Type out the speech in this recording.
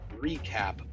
Recap